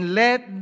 let